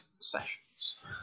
sessions